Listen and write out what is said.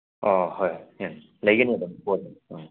ꯑꯣ ꯍꯣꯏ ꯍꯣꯏ ꯌꯥꯅꯤ ꯂꯩꯒꯅꯤ ꯑꯗꯨꯝ ꯍꯣꯏ ꯍꯣꯏ ꯎꯝ